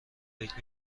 فکر